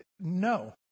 no